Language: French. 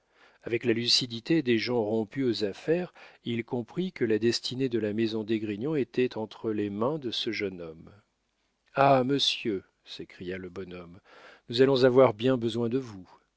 avec la lucidité des gens rompus aux affaires il comprit que la destinée de la maison d'esgrignon était entre les mains de ce jeune homme ah monsieur s'écria le bonhomme nous allons avoir bien besoin de vous